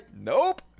nope